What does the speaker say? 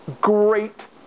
great